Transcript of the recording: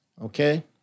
Okay